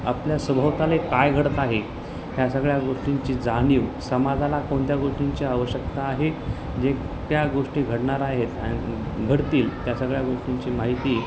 आपल्या सभोवताली काय घडत आहे ह्या सगळ्या गोष्टींची जाणीव समाजाला कोणत्या गोष्टींची आवश्यकता आहे जे त्या गोष्टी घडणार आहेत आणि घडतील त्या सगळ्या गोष्टींची माहिती